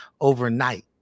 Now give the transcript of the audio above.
overnight